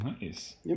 Nice